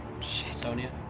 Sonia